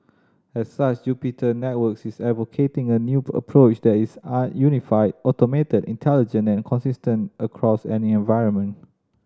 as such Networks is advocating a new approach that is an unified automated intelligent and consistent across any environment